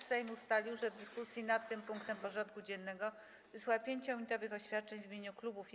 Sejm ustalił, że w dyskusji nad tym punktem porządku dziennego wysłucha 5-minutowych oświadczeń w imieniu klubów i koła.